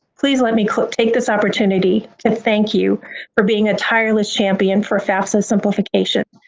please let me take this opportunity to thank you for being a tireless champion for fafsa simplification,